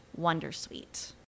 wondersuite